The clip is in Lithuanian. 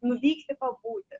nuvykti pabūti